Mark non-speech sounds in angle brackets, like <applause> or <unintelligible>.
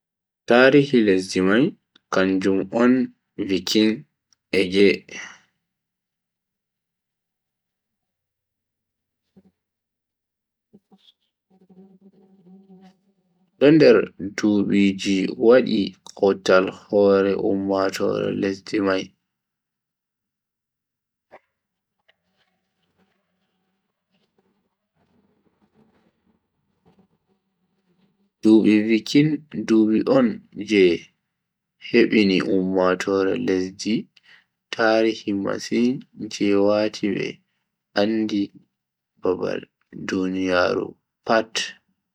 Tarihi lesdi mai kanjum on vikin age. do nder dubiji je waddi kautal hoore ummatoore lesdi mai. dubi <unintelligible> dubi on je hebini ummatoore lesdi tarihi masin je wati be andi bbha duniyaaru pat.